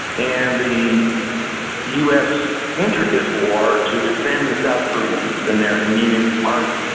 and the us entered this war to defend the south koreans and their and munich army.